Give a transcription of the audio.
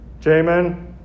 Jamin